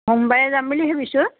সোমবাৰে যাম বুলি ভাবিছোঁ